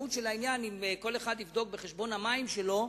אם כל אחד יבדוק בחשבון המים שלו,